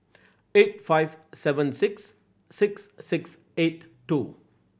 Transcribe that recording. eight five seven six six six eight two